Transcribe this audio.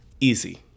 Easy